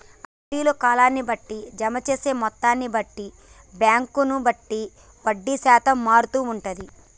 RD లో కాలాన్ని బట్టి, జమ చేసే మొత్తాన్ని బట్టి, బ్యాంకును బట్టి వడ్డీ శాతం మారుతూ ఉంటది